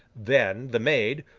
then, the maid,